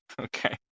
Okay